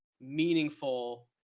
meaningful